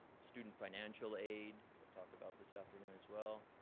student financial aid, we'll talk about this afternoon as well.